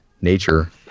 nature